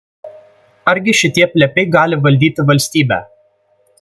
argi šitie plepiai gali valdyti valstybę